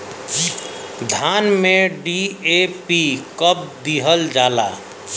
धान में डी.ए.पी कब दिहल जाला?